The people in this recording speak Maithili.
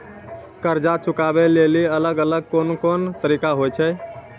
कर्जा चुकाबै लेली अलग अलग कोन कोन तरिका होय छै?